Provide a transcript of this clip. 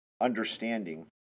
understanding